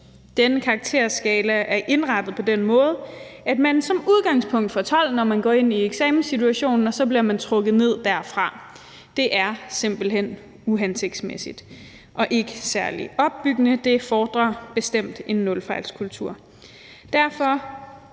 denne karakterskala er indrettet på den måde, at man som udgangspunkt får 12, når man går ind i eksamenssituationen, og at man så derfra bliver trukket ned. Det er simpelt hen uhensigtsmæssigt og ikke særlig opbyggende. Det fremmer bestemt en nulfejlskultur. Derfor